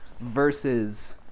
versus